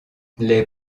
les